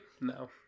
no